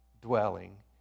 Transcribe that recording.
dwelling